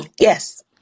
Yes